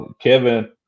Kevin